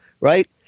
right